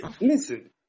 Listen